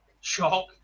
Shock